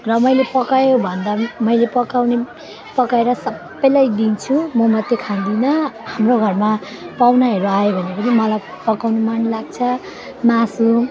र मैले पकायोभन्दा मैले पकाउने पकाएर सबैलाई दिन्छु म मात्रै खाँदिन हाम्रो घरमा पाहुनाहरू आए भने पनि मलाई पकाउन मन लाग्छ मासु